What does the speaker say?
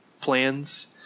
plans